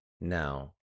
Now